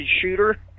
shooter